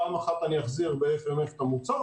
פעם אחת אני אחזיר ב-FMF את המוצר,